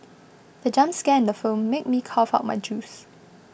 the jump scare in the film made me cough out my juice